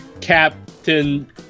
captain